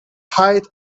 height